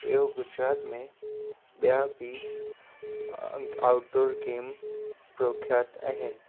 ॿियो गुजरात में ॿिया बि आउट डोर गेम प्रख्यात आहिनि